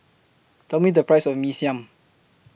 Tell Me The Price of Mee Siam